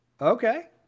Okay